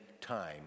time